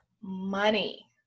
money